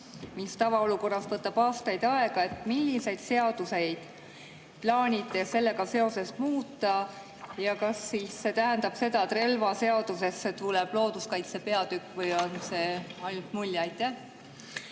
mis tavaolukorras võtab aastaid aega. Milliseid seadusi plaanite sellega seoses muuta ja kas see tähendab seda, et relvaseadusesse tuleb looduskaitse peatükk, või on see ainult mulje? Aitäh,